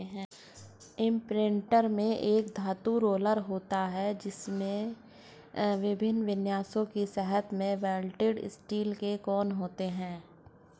imprinter में एक धातु रोलर होता है, जिसमें विभिन्न विन्यासों में सतह पर वेल्डेड स्टील के कोण होते हैं